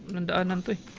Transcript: and an olympic